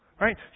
Right